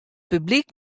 publyk